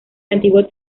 antiguo